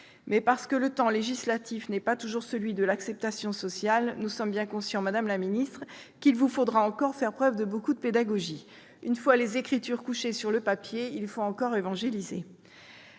Mais, parce que le temps législatif n'est pas toujours celui de l'acceptation sociale, nous sommes bien conscients, madame la ministre, qu'il vous faudra encore faire preuve de beaucoup de pédagogie. Une fois les écritures couchées sur le papier, il faut encore évangéliser